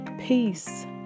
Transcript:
peace